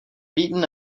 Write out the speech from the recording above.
beaten